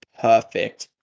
Perfect